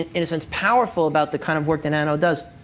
in a sense, powerful about the kind of work that and does.